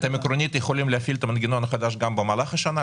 אתם עקרונית יכולים להפעיל את המנגנון החדש גם במהלך השנה,